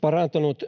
Parantunut